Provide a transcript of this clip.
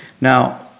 Now